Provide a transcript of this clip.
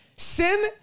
sin